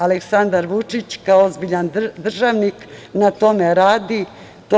Aleksandar Vučić, kao ozbiljan državnik, na tome radi.